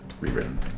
Rewritten